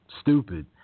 stupid